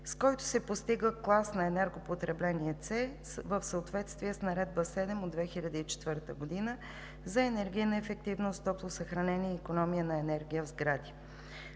с който се постига клас на енергопотребление „C“ в съответствие с Наредба № 7 от 2004 г. за енергийна ефективност, топлосъхранение и икономия на енергия в сгради.